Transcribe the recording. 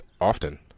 often